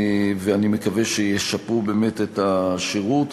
ואני מקווה שישפרו באמת את השירות.